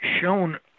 shown